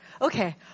Okay